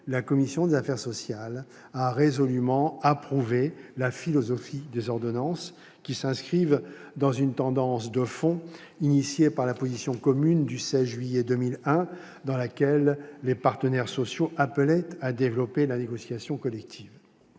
la commission des affaires sociales a résolument approuvé la philosophie des ordonnances, qui s'inscrivent dans une tendance de fond trouvant son origine dans la position commune du 16 juillet 2001, au travers de laquelle les partenaires sociaux appelaient à développer la négociation collective.